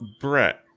brett